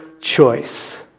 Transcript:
choice